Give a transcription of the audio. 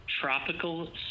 Tropical